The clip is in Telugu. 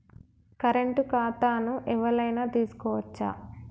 కరెంట్ ఖాతాను ఎవలైనా తీసుకోవచ్చా?